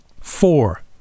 Four